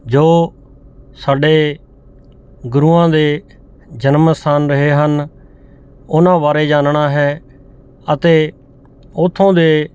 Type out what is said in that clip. ਜੋ ਸਾਡੇ ਗੁਰੂਆਂ ਦੇ ਜਨਮ ਸਥਾਨ ਰਹੇ ਹਨ ਉਹਨਾਂ ਬਾਰੇ ਜਾਨਣਾ ਹੈ ਅਤੇ ਉਥੋਂ ਦੇ